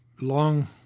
Long